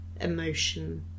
emotion